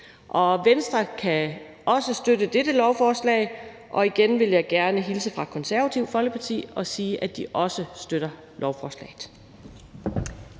Venstre kan også støtte dette lovforslag, og igen vil jeg gerne hilse fra Det Konservative Folkeparti og sige, at de også støtter lovforslaget.